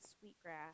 Sweetgrass